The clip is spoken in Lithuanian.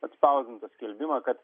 atspausdintų skelbimą kad